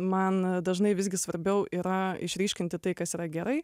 man dažnai visgi svarbiau yra išryškinti tai kas yra gerai